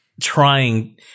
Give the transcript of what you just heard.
trying